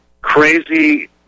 crazy